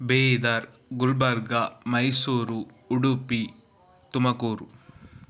Bidar Gulbarga Mysuru Udupi Tumakuru